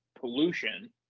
pollution